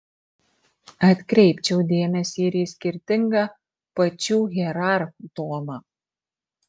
atkreipčiau dėmesį ir į skirtingą pačių hierarchų toną